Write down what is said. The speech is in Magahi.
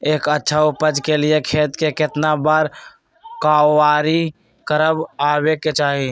एक अच्छा उपज के लिए खेत के केतना बार कओराई करबआबे के चाहि?